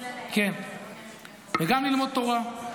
גם ללמוד תורה,